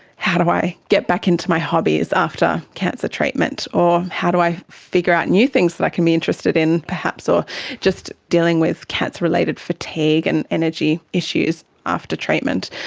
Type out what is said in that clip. how do i get back into my hobbies after cancer treatment, or how do i figure out new things that i can be interested in perhaps, or just dealing with cancer related fatigue and energy issues after treatment,